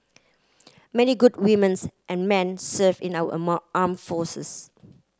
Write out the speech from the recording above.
many good women and men serve in our arm forces